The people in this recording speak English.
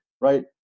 right